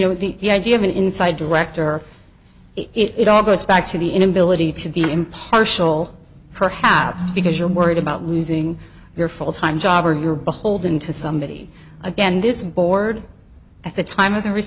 know the idea of an inside director it all goes back to the inability to be impartial perhaps because you're worried about losing your fulltime job or you're beholden to somebody again this board at the time of the r